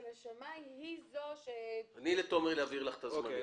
השמאי היא זו --- תני לתומר להבהיר את הזמנים.